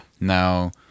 Now